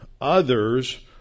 others